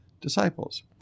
disciples